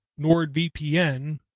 NordVPN